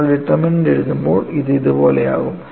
നമ്മൾ ഡിറ്റർമിനന്റ് എഴുതുമ്പോൾ ഇത് ഇതുപോലെയാകും